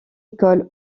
école